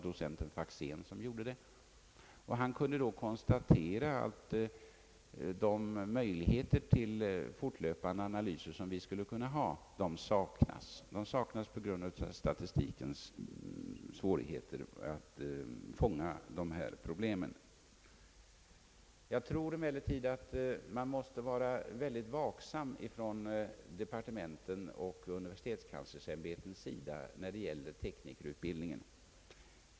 Docenten Faxén, som utförde arbetet, kunde därvid konstatera att vi saknar möjligheter till fortlöpande analyser på grund av svårigheterna att statistiskt fånga in dessa problem. Emellertid tror jag att man från departementets och universitetskanslersämbetets sida måste vara mycket vaksam när det gäller teknikerutbildningen.